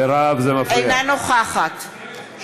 אינה נוכחת מירב, זה מפריע.